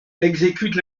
exécutent